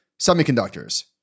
semiconductors